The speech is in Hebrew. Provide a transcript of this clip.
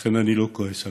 לכן, אני לא כועס עליהם,